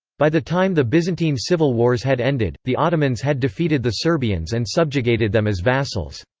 by the time the byzantine civil wars had ended, the ottomans had defeated the serbians and subjugated them as vassals.